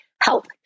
help